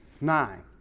nine